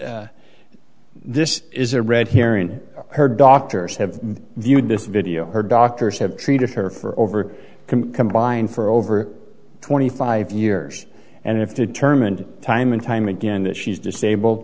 d this is a red herring her doctors have viewed this video her doctors have treated her for over can combine for over twenty five years and if determined time and time again that she's disabled